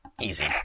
Easy